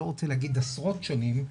אני לא רוצה להגיד עשרות שנים,